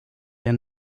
der